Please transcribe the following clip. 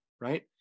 right